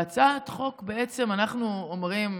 בהצעת החוק בעצם אנחנו אומרים,